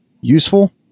useful